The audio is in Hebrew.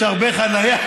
יש הרבה חניה.